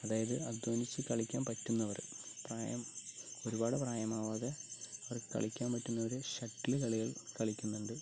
അതായത് അദ്ധ്വാനിച്ച് കളിക്കാൻ പറ്റുന്നവർ പ്രായം ഒരുപാട് പ്രായം ആവാതെ അവർ കളിക്കാൻ പറ്റുന്നവര് ഷട്ടിൽ കളികൾ കളിക്കുന്നുണ്ട്